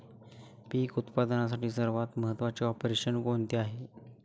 पीक उत्पादनातील सर्वात महत्त्वाचे ऑपरेशन कोणते आहे?